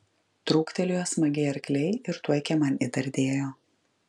truktelėjo smagiai arkliai ir tuoj kieman įdardėjo